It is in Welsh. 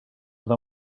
bydd